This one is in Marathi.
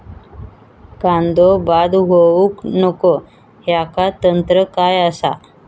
कांदो बाद होऊक नको ह्याका तंत्र काय असा?